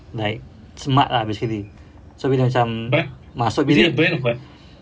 like smart lah basically so bila macam masuk bilik